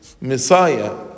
Messiah